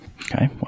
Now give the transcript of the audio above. Okay